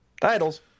titles